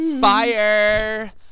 fire